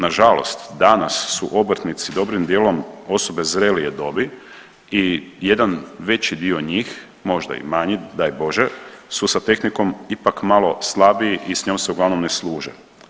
Nažalost danas su obrtnici dobrim djelom osobe zrelije dobi i jedan veći dio njih možda i manji, daj Bože su sa tehnikom ipak malo slabiji i s njom se uglavnom ne službe.